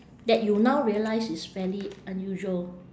that you now realise is fairly unusual